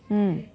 mm